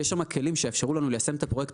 יש שם כלים שיאפשרו לנו ליישם את הפרויקט